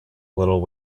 little